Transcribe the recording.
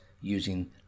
using